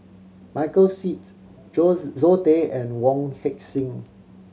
Michael Seet Zoe Tay and Wong Heck Sing